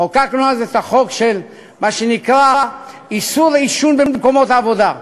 חוקקנו אז את החוק שנקרא "איסור עישון במקומות עבודה".